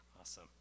Awesome